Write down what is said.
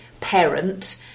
parent